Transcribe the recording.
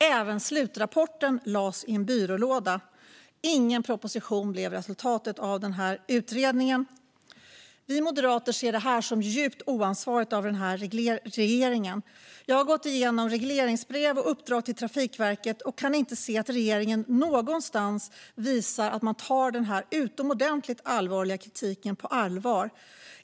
Även slutrapporten lades i en byrålåda - utredningen resulterade inte i någon proposition. Vi moderater ser detta som djupt oansvarigt av den här regeringen. Jag har gått igenom regleringsbrev och uppdrag till Trafikverket och kan inte se att regeringen någonstans visar att man tar denna utomordentligt allvarliga kritik på allvar.